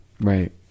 Right